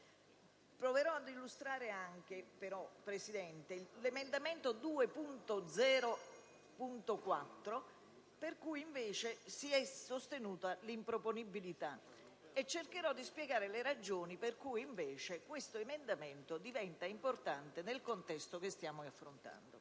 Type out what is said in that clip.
anche ad illustrare anche l'emendamento 2.0.4 del quale invece si è sostenuta l'inammissibilità. Cercherò di spiegare le ragioni per cui questo emendamento diventa importante nel contesto che stiamo affrontando.